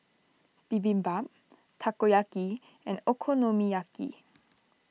Bibimbap Takoyaki and Okonomiyaki